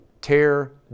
tear